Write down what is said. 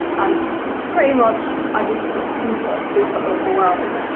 um pretty much i just felt super, super overwhelmed,